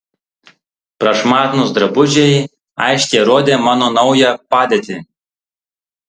prašmatnūs drabužiai aiškiai rodė mano naują padėtį